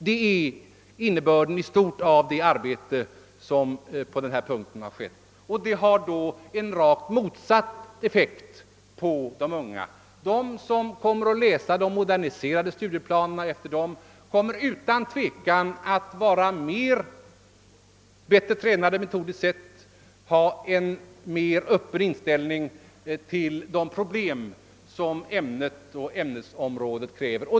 Detta är i stort innebörden i det arbete som bedrivits. Dessa strävanden har emellertid hos en del unga mottagits i rakt motsatt anda. De som skall läsa efter de moderniserade studieplanerna kommer utan tvivel att vara bättre tränade metodiskt sett, kommer att ha en mer öppen inställning till de problem som ämnet och ämnesområdet kräver.